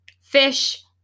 fish